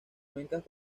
cuencas